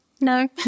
No